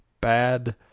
Bad